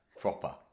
Proper